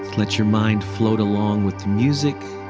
let your mind float along with the music